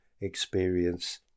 experience